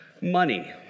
money